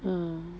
mm